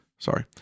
sorry